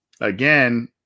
again